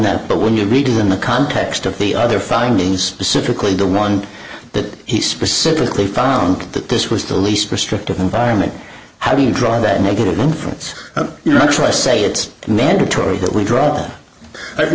that but when you read in the context of the other findings pacifically the one that he specifically found that this was the least restrictive environment how do you draw that negative inference you know try to say it's mandatory that we draw